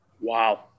Wow